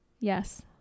yes